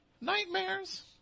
Nightmares